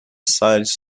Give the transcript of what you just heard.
silence